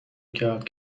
کرد